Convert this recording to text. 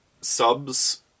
subs